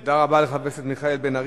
תודה רבה לחבר הכנסת מיכאל בן-ארי.